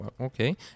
Okay